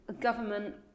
government